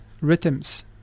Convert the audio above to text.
rhythms